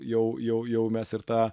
jau jau jau mes ir tą